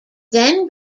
then